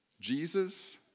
Jesus